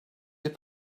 your